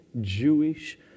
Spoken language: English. Jewish